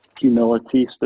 humility